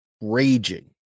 raging